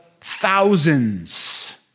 thousands